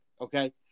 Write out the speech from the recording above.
Okay